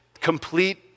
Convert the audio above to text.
complete